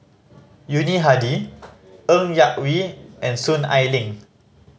Yuni Hadi Ng Yak Whee and Soon Ai Ling